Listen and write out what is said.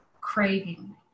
craving